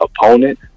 opponent